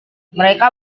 mereka